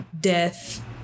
death